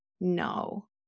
no